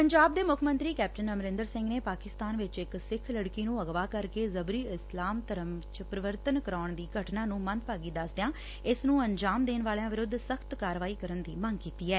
ਪੰਜਾਬ ਦੇ ਮੁੱਖ ਮੰਤਰੀ ਕੈਪਟਨ ਅਮਰਿੰਦਰ ਸਿੰਘ ਨੇ ਪਾਕਿਸਤਾਨ ਵਿਚ ਇਕ ਸਿੱਖ ਲੜਕੀ ਨੂੰ ਅਗਵਾ ਕਰਕੇ ਜਬਰੀ ਇਸਲਾਮ ਧਰਮ ਚ ਪਰਿਵਰਤਨ ਕਰਾਉਣ ਦੀ ਘਟਨਾ ਨੁੰ ਮੰਦਭਾਗੀ ਦਸਦਿਆਂ ਇਸ ਨੁੰ ਅੰਜਾਮ ਦੇਣ ਵਾਲਿਆਂ ਵਿਰੁੱਧ ਸਖ਼ਤ ਕਾਰਵਾਈ ਕਰਨ ਦੀ ਮੰਗ ਕੀਤੀ ਐ